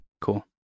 Cool